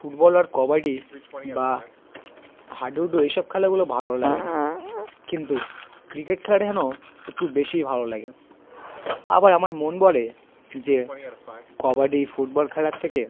football আর কবাডি বা হাডুডু এসব খেলাগুলো ভালোও লাগে না কিন্তু ক্রিকেট খেলাটা যেন একটু বেশিই ভালো লাগে আবার আমার মন বলে যে কবাডি ফুটবল খেলার থেকে